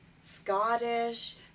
Scottish